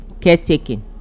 caretaking